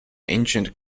ancient